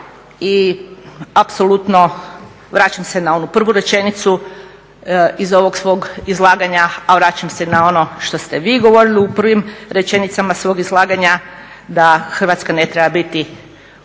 i apsolutno vraćam se na onu prvu rečenicu iz ovog svog izlaganja, a vraćam se na ono što ste vi govorili u prvim rečenicama svog izlaganja da Hrvatska ne treba biti u